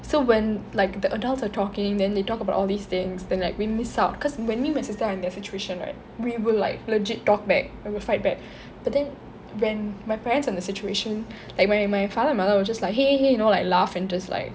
so when like the adults are talking then they talk about all these things then like we miss out cause when me and my sister are in their situation right we will like legit talk back or fight back but then when my parents in the situation like my my father mother will just like you know like laugh dislike